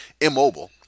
immobile